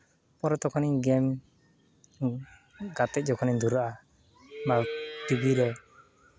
ᱯᱚᱨᱮ ᱛᱚᱠᱷᱚᱱᱤᱧ ᱜᱮᱢ ᱜᱟᱛᱮ ᱡᱚᱠᱷᱚᱱᱤᱧ ᱫᱷᱩᱨᱟᱹᱜᱼᱟ ᱵᱟ ᱴᱤᱵᱤ ᱨᱮ